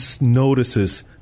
notices